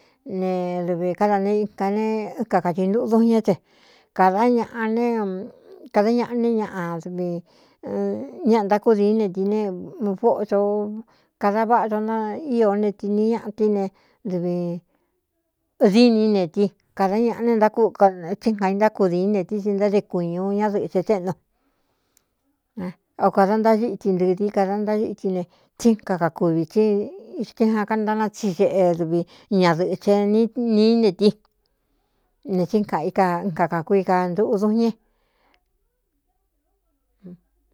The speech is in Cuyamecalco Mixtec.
Ne dɨvī káda ne ika ne kakati ntuꞌu duꞌnñé te kāda ñnekada ñaꞌa né ñaꞌa vi ñaꞌa ntákúdiín ne ti ne póco kada váꞌa do naío ne ti ni ñaꞌa tí ne dɨvi dîní ne tí kāda ñaꞌa ne ákútsí gai ntákudiín ne tí tsi ntáde kuiñu ñádɨ̄ꞌɨ̄ che téꞌnu ao kāda ntáxíti ntɨɨ dií kada ntáxíti ne tsí kakakuvī tsí ixti jan kantána tsi xeꞌe duvi ñadɨꞌɨ̄che n nií ne tí ne tsí kaꞌi ka kakākui ka ntuꞌu dunñe.